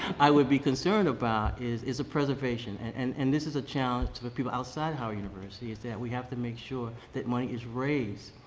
i would be concerned about is is a preservation. and and and this is a challenge to the people outside howard university, is that we have to make sure that money is raised,